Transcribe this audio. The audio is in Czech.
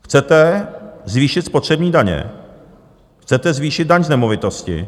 Chcete zvýšit spotřební daně, chcete zvýšit daň z nemovitosti.